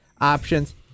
options